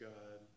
God